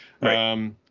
Right